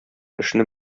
эшне